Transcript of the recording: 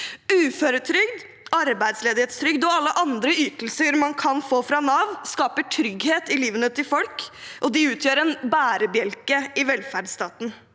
Uføretrygd, arbeidsledighetstrygd og alle andre ytelser man kan få fra Nav, skaper trygghet i livet til folk, og de utgjør en bærebjelke i velferdsstaten.